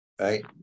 right